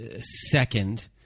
second